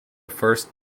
first